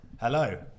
hello